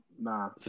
Nah